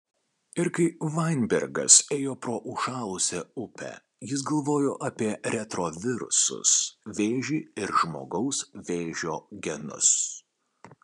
ir kai vainbergas ėjo pro užšalusią upę jis galvojo apie retrovirusus vėžį ir žmogaus vėžio genus